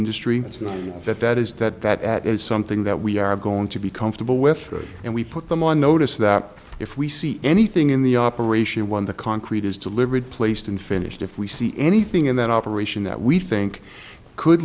industry is not that that is that that at is something that we are going to be comfortable with and we put them on notice that if we see anything in the operation of one the concrete is delivered placed and finished if we see anything in that operation that we think could